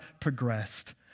progressed